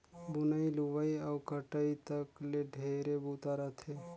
बुनई, लुवई अउ कटई तक ले ढेरे बूता रहथे